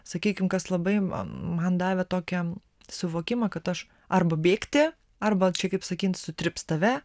sakykim kas labai man davė tokiam suvokimą kad aš arba bėgti arba čia kaip sakyt sutrips tave